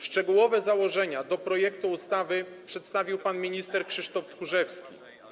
Szczegółowe założenia do projektu ustawy przedstawił pan minister Krzysztof Tchórzewski.